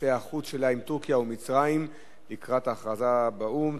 יחסי החוץ שלה עם טורקיה ומצרים לקראת ההכרזה באו"ם,